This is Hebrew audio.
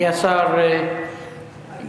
כי השר גמיש.